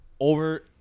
over